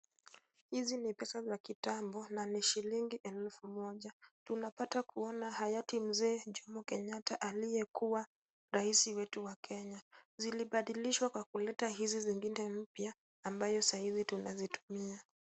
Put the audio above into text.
Hizi ni pesa za kitambo na ni shilingi elfu moja. Tunapata kuona hayati mzee jomo kenyatta aliyekuwa raisi wetu wa kwanza wa kenya. Zilibadilishwa na kuleta hizi zingine mpya ambayo saa hizi tunazitumia.